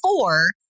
four